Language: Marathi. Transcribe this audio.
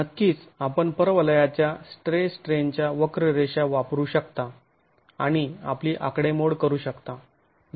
नक्कीच आपण परवलयाच्या स्ट्रेस स्ट्रेनच्या वक्ररेषा वापरू शकता आणि आपली आकडेमोड करू शकता